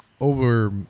over